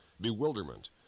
bewilderment